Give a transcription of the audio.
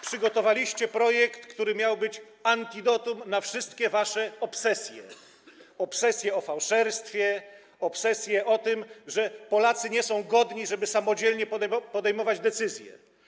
Przygotowaliście projekt, który miał być antidotum na wszystkie wasze obsesje, obsesje dotyczące fałszerstwa, obsesje dotyczące tego, że Polacy nie są godni, żeby samodzielnie podejmować decyzje.